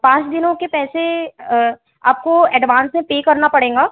पाँच दिनों के पैसे आपको एडवांस में पे करना पड़ेगा